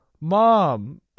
mom